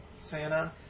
Santa